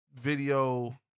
video